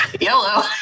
Yellow